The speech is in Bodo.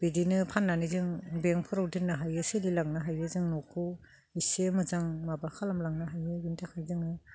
बिदिनो फाननानै जों बेंकफोराव दोननो हायो सोलिलांनो हायो जों न'खौ इसे मोजां माबा खालामलांनो हायो बेनि थाखाय जोंनो